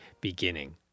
beginning